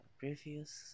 previous